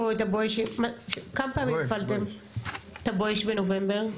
כמה פעמים הפעלתם את ה"בואש" בנובמבר?